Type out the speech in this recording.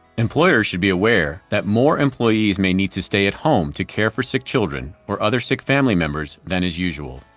employers should be aware that more employees may need to stay at home to care for sick children or other sick family members than is usual.